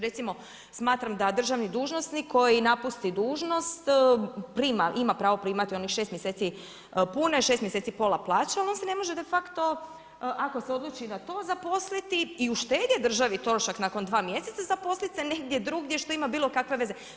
Recimo smatram da državni dužnosnik koji napusti dužnost prima, ima pravo primati onih šest mjeseci pune, šest mjeseci pola plaće ali on se ne može de facto ako se odluči na to zaposliti i uštedjet državi trošak nakon dva mjeseca zaposlit se negdje drugdje što ima bilo kakve veze.